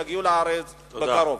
יגיעו לארץ בקרוב.